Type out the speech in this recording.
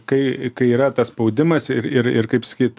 kai kai yra tas spaudimas ir ir ir kaip sakyt